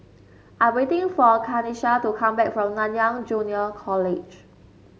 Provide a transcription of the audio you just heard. I'm waiting for Kanesha to come back from Nanyang Junior College